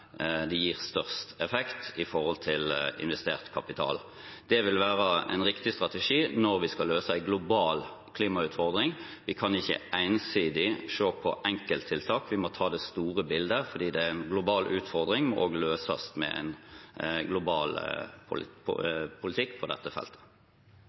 størst effekt i forhold til investert kapital. Det vil være en riktig strategi når vi skal løse en global klimautfordring. Vi kan ikke ensidig se på enkelttiltak, vi må se på det store bildet, for det er en global utfordring, og den må løses med en global politikk på